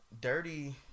dirty